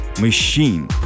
machine